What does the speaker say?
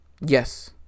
Yes